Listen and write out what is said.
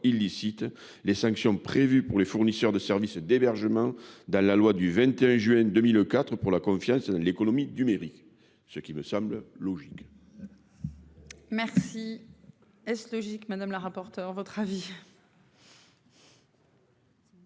illicite, les sanctions prévues pour les fournisseurs de services d'hébergement dans la loi du 21 juin 2004 pour la confiance dans l'économie numérique. Cela me semble logique. Quel est l'avis de la commission ?